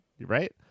right